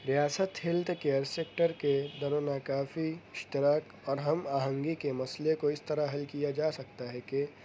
ریاست health care sector کے دوران کافی اشتراک اور ہم آہنگی کے مسئلے کو اس طرح حل کیا جا سکتا ہے کہ